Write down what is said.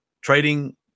trading